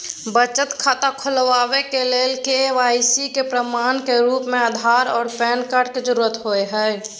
बचत खाता खोलाबय के लेल के.वाइ.सी के प्रमाण के रूप में आधार आर पैन कार्ड के जरुरत होय हय